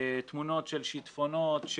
תמונות של שיטפונות,